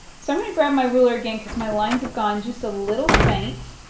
so i'm going to grab my ruler again because my lines have gone just a little faint.